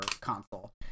console